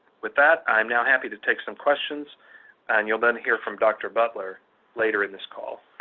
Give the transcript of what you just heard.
with that, i am now happy to take some questions and you'll then hear from dr. butler later in this call.